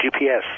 GPS